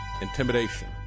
intimidation